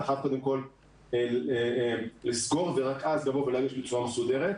אתה חייב קודם כל לסגור ורק אז לבוא ולהגיש בצורה מסודרת.